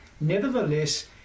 Nevertheless